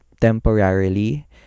temporarily